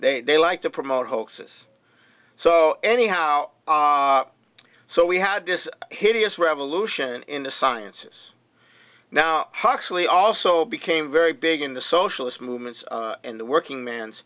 they like to promote hoaxes so anyhow so we had this hideous revolution in the sciences now huxley also became very big in the socialist movement in the working man